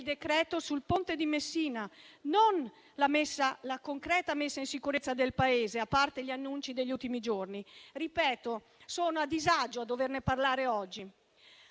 decreto sul Ponte di Messina e non la concreta messa in sicurezza del Paese (a parte gli annunci degli ultimi giorni). E ripeto che sono a disagio a doverne parlare oggi.